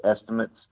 estimates